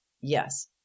Yes